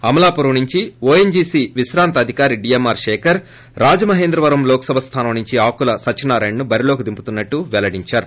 అమలాపురం నుంచి ఓఎన్లీసీ విశ్రాంత అధికారి డీఎంఆర్ శేఖర్ రాజమహింద్రవరం లోక్సభ స్తానం నుంచి ఆకుల సత్వనారాయణ్ను బరిలో దింపుతున్నట్లు పెల్లడించారు